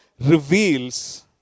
reveals